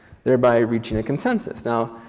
thereby reaching a consent so you know